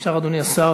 אפשר, אדוני השר?